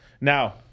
Now